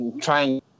trying